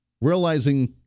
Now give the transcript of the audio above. Realizing